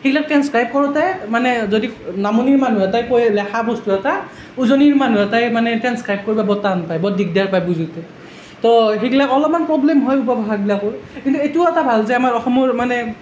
এইগিলাক transcribe কৰোঁতে মানে যদি নামনিৰ মানুহ এটাই লেখা বস্তু এটা উজনিৰ মানুহ এটাই মানে ট্ৰেন্সক্ৰাইব কৰিব বৰ টান পায় বৰ দিগদাৰ পায় বুজোতে তো সেইগিলাক অলপমান প্ৰবলেম হয় উপভাষাগিলাকৰ কিন্তু এইটো এটা ভাল যে আমাৰ অসমৰ মানে